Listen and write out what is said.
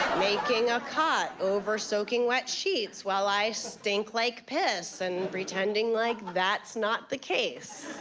making a cot over soaking-wet sheets while i stink like piss and pretending like that's not the case.